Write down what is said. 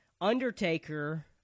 Undertaker